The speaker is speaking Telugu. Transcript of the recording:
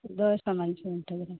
దోశ మంచిగుంటుందిరా